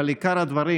אבל עיקר הדברים,